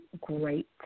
great